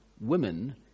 women